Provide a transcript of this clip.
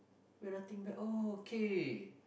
when I think back oh okay